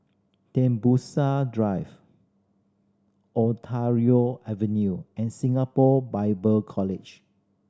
Tembusu Drive Ontario Avenue and Singapore Bible College